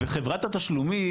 וחברת התשלומים,